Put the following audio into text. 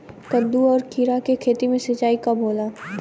कदु और किरा के खेती में सिंचाई कब होला?